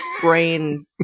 brain